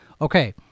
okay